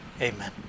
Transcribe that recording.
Amen